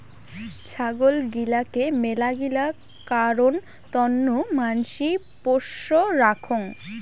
ছাগল গিলাকে মেলাগিলা কারণ তন্ন মানসি পোষ্য রাখঙ